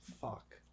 fuck